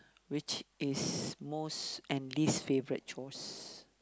which is most and least favorite chores